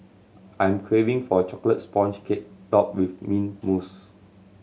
I'm craving for a chocolate sponge cake topped with mint mousse